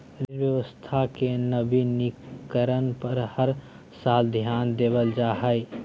rail व्यवस्था के नवीनीकरण पर हर साल ध्यान देवल जा हइ